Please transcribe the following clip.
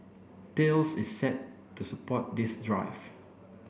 Thales is set to support this drive